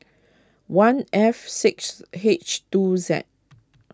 one F six H two Z